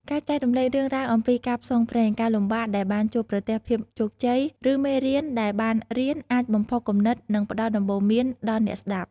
ការចែករំលែករឿងរ៉ាវអំពីការផ្សងព្រេង ការលំបាកដែលបានជួបប្រទះ ភាពជោគជ័យ ឬមេរៀនដែលបានរៀន អាចបំផុសគំនិត និងផ្ដល់ដំបូន្មានដល់អ្នកស្ដាប់។